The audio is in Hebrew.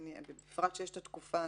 בפרט כשיש התקופה הנוספת.